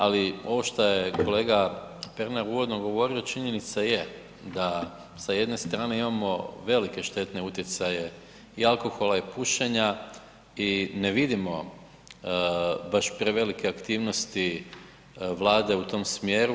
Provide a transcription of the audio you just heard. Ali ovo šta je kolega Pernar uvodno govorio činjenica je da sa jedne strane imamo velike štetne utjecaje i alkohola i pušenja i ne vidimo baš prevelike aktivnosti Vlade u tom smjeru.